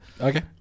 Okay